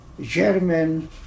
German